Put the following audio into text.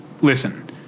listen